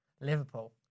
Liverpool